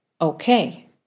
Okay